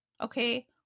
okay